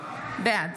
בעד